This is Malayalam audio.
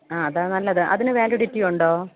ആ അതാ നല്ലത് അതിന് വാലിഡിറ്റിയുണ്ടോ